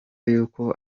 y’uko